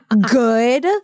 good